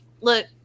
look